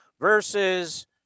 versus